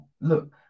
look